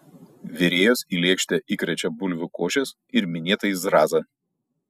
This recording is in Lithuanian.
virėjos į lėkštę įkrečia bulvių košės ir minėtąjį zrazą